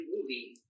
movie